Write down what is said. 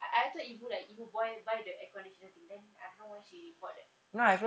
I I thought ibu like ibu buat buy the air conditioner thing then I don't know bought that then